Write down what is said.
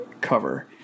cover